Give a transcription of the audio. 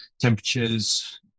temperatures